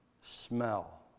smell